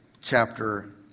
chapter